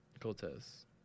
Cortez